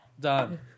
Done